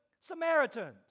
Samaritans